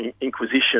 Inquisition